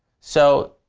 so,